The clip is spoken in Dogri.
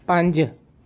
पंज